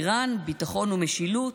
איראן, ביטחון ומשילות,